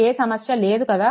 ఏ సమస్య లేదు కదా